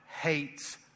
hates